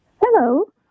Hello